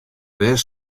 wêr